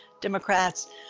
Democrats